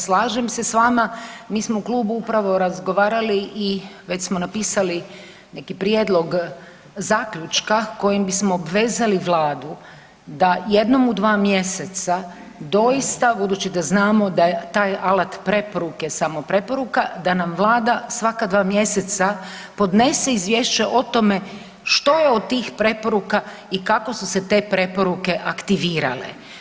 Slažem se s vama, mi smo upravo u klubu upravo razgovarali i već smo napisali neki prijedlog zaključka kojim bismo obvezali Vladu da jednom u dva mjeseca, budući da znamo da je taj alat preporuke samo preporuka, da nam Vlada svaka dva mjeseca podnese izvješće o tome što je od tih preporuka i kako su se te preporuke aktivirale.